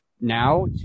now